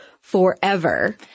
forever